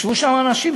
ישבו שם אנשים,